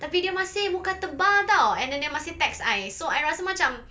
tapi dia masih muka tebal [tau] and then dia masih text I so I rasa macam